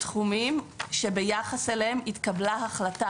בתחומים שביחס אליהם התקבלה החלטה